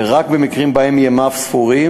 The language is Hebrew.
ורק במקרים שבהם ימיו ספורים,